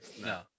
No